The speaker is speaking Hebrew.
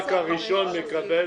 רק הראשון מקבל